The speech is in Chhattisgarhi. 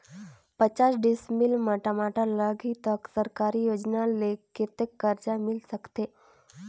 पचास डिसमिल मा टमाटर लगही त सरकारी योजना ले कतेक कर्जा मिल सकथे?